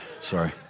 Sorry